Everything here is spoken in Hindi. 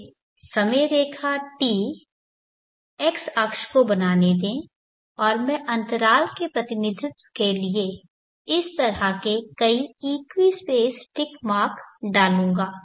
मुझे समय रेखा t x अक्ष को बनाने दे और मैं अंतराल के प्रतिनिधित्व के लिए इस तरह के कई इक्वी स्पेस टिक मार्क डालूंगा